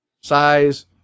size